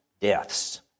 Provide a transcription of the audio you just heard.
deaths